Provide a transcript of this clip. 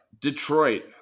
Detroit